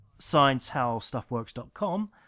sciencehowstuffworks.com